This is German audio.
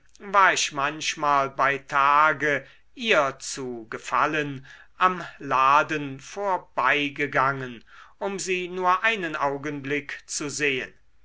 war ich manchmal bei tage ihr zu gefallen am laden vorbeigegangen um sie nur einen augenblick zu sehen